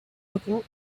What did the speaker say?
looking